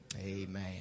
Amen